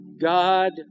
God